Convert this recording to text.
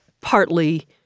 partly